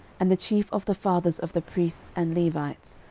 and the chief of the fathers of the priests and levites,